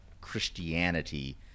Christianity